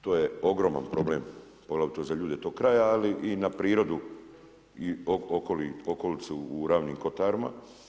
To je ogroman problem, poglavito za ljude tog kraja ali i na prirodu i okolicu u Ravnim kotarima.